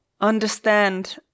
understand